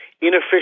inefficient